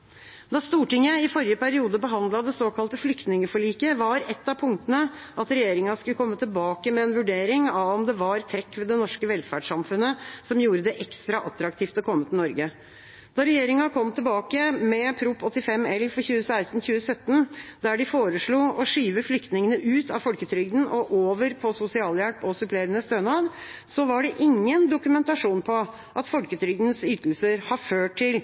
Da Stortinget i forrige periode behandlet det såkalte flyktningeforliket, var et av punktene at regjeringa skulle komme tilbake med en vurdering av om det var trekk ved det norske velferdssamfunnet som gjorde det ekstra attraktivt å komme til Norge. Da regjeringa kom tilbake med Prop. 85 L for 2016–2017, der de foreslo å skyve flyktningene ut av folketrygden og over på sosialhjelp og supplerende stønad, var det ingen dokumentasjon på at folketrygdens ytelser har ført til